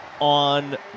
on